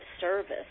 service